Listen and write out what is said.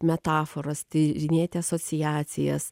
metaforas tyrinėti asociacijas